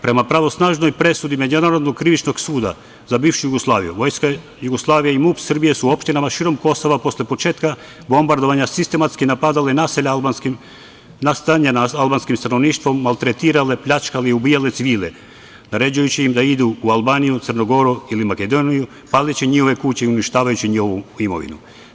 Prema pravosnažnoj presudi Međunarodnog krivičnog suda za bivšu Jugoslaviju, Vojska Jugoslavije i MUP Srbije su u opštinama širom Kosova posle početka bombardovanja sistematski napadali naselja nastanjena albanskim stanovništvom, maltretirale, pljačkale i ubijale civile, naređujući im da idu u Albaniju, Crnu Goru ili Makedoniju, paleći njihove kuće i uništavajući njihovu imovinu.